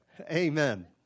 amen